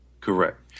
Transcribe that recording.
Correct